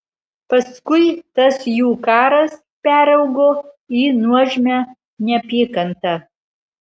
paskui tas jų karas peraugo į nuožmią neapykantą